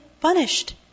punished